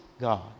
God